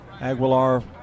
Aguilar